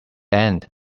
end